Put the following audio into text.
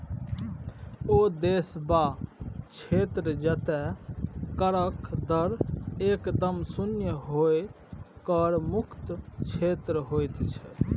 ओ देश वा क्षेत्र जतय करक दर एकदम शुन्य होए कर मुक्त क्षेत्र होइत छै